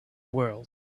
world